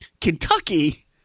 Kentucky